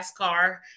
NASCAR